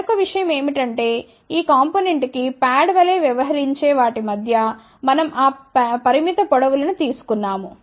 మరొక విషయం ఏమిటంటే ఈ కాంపొనెంట్ కి ప్యాడ్ వలె వ్యవహరించే వాటి మధ్య మనం ఆ పరిమిత పొడవు లను తీసుకున్నాము